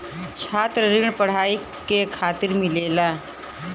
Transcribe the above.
छात्र ऋण पढ़ाई के खातिर मिलेला